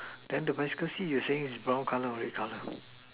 then the bicycle see you saying is brown colour or red colour